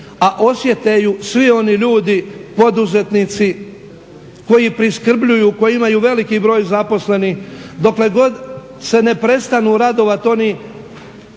a osjete ju svi oni ljudi poduzetnici koji priskrbljuju, koji imaju veliki broj zaposlenih, dokle god se ne prestanu radovati oni